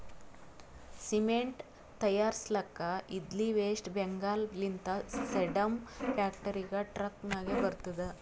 cement ತೈಯಾರ್ಸ್ಲಕ್ ಇದ್ಲಿ West Bengal ಲಿಂತ ಸೇಡಂ ಫ್ಯಾಕ್ಟರಿಗ ಟ್ರಕ್ ನಾಗೆ ಬರ್ತುದ್